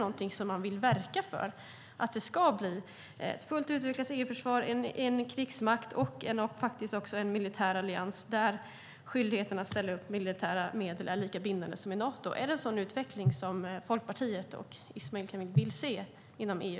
Vill man verka för att det ska bli ett fullt utvecklat EU-försvar, en krigsmakt och faktiskt också en militär allians där skyldigheten att ställa upp med militära medel är lika bindande som i Nato? Är det en sådan utveckling som Folkpartiet och Ismail Kamil vill se inom EU?